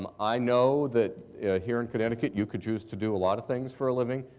um i know that here in connecticut you could choose to do a lot of things for a living.